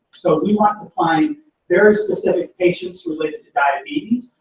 so we want to find very specific patients related to diabetes.